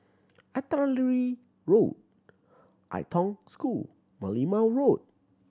Artillery Road Ai Tong School Merlimau Road